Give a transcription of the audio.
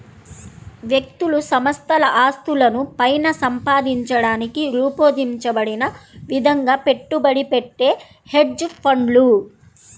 వ్యక్తులు సంస్థల ఆస్తులను పైన సంపాదించడానికి రూపొందించబడిన విధంగా పెట్టుబడి పెట్టే హెడ్జ్ ఫండ్లు